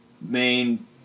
main